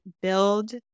build